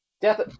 Death